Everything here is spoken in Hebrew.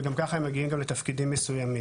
וגם ככה הם מגיעים לתפקידים מסוימים,